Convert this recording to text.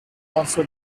also